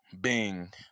bing